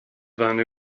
bhean